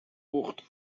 wucht